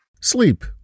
Sleep